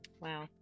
wow